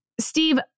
Steve